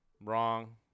Wrong